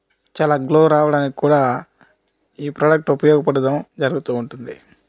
చాలా గ్లో రావడానికి కూడా ఈ ప్రొడక్ట్ ఉపయోగపడడం జరుగుతూ ఉంటుంది